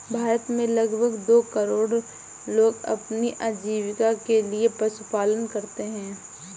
भारत में लगभग दो करोड़ लोग अपनी आजीविका के लिए पशुपालन करते है